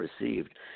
received